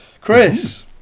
Chris